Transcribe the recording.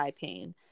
pain